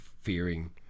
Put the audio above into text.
fearing